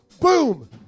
boom